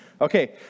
Okay